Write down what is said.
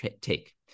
take